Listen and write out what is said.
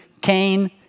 Cain